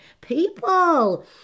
People